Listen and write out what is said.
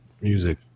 music